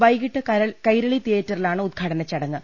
വൈകീട്ട് കൈരളി തിയേറ്ററിലാണ് ഉദ്ഘാടന ചടങ്ങ്